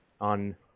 on